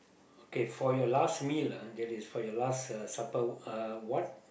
okay for your last meal ah that is for your last uh supper uh what